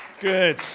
Good